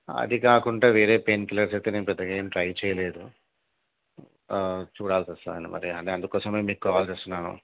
అది కాకుండా వేరే పెయిన్ కిల్లర్స్ అయితే నేను పెద్దగా ఏం ట్రై చేయలేదు చూడాల్సొస్తదండి మరి అదే అందుకోసమే మీకు కాల్ చేస్తున్నాను